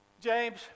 James